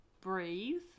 breathe